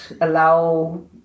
allow